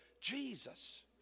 Jesus